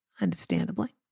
understandably